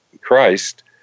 Christ